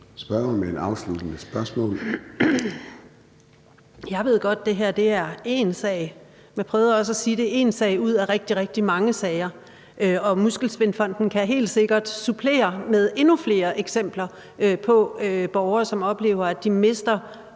Jeg ved godt, at det her er én sag. Men jeg prøvede også at sige, at det er én sag ud af rigtig, rigtig mange sager, og Muskelsvindfonden kan helt sikkert supplere med endnu flere eksempler på borgere, som oplever, at de mister